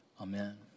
Amen